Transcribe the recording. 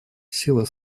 сила